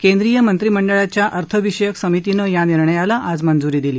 केंद्रीय मंत्रिमंडळाच्या अर्थविषयक समितीनं या निर्णयाला आज मंजुरी दिली